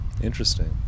Interesting